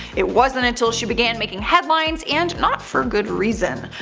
it wasn't until she began making headlines and not for good reason.